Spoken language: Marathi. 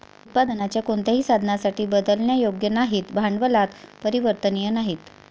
उत्पादनाच्या कोणत्याही साधनासाठी बदलण्यायोग्य नाहीत, भांडवलात परिवर्तनीय नाहीत